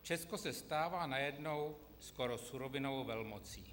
Česko se stává najednou skoro surovinovou velmocí.